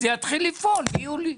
זה יתחיל לפעול ביולי.